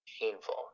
Painful